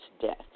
death